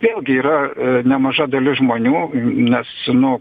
vėlgi yra nemaža dalis žmonių nes nu